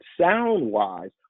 sound-wise